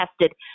tested